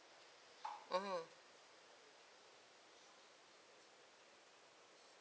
(uh huh)